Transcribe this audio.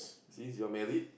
since you're married